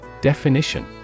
Definition